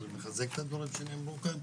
אבל אני מחזק את הדברים שנאמרו כאן.